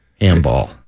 handball